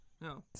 No